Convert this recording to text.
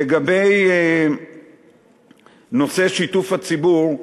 לגבי נושא שיתוף הציבור,